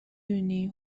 دونی